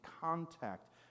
contact